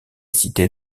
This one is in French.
cités